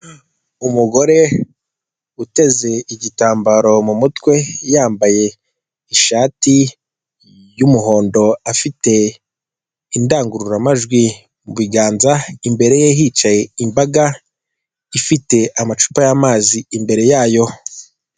Umugore uteze igitambaro mu mutwe yambaye ishati y'umuhondo, afite indangururamajwi mu biganza, imbere ye hicaye imbaga ifite amacupa y'amazi imbere yayo.